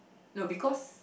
no because